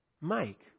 Mike